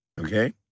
okay